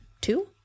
two